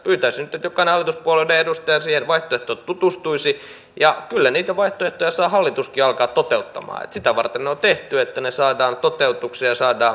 pyytäisin nyt että jokainen hallituspuolueiden edustaja siihen vaihtoehtoon tutustuisi ja kyllä niitä vaihtoehtoja saa hallituskin alkaa toteuttamaan sitä varten ne on tehty että ne saadaan toteutukseen ja saadaan suomalaisten parhaaksi